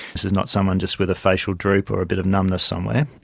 this is not someone just with a facial droop or a bit of numbness somewhere.